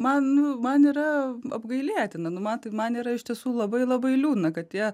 man man yra apgailėtina nu man man yra iš tiesų labai labai liūdna kad jie